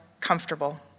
comfortable